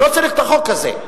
לא צריך את החוק הזה.